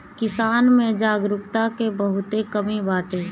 किसान में जागरूकता के बहुते कमी बाटे